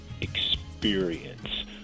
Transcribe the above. experience